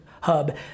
hub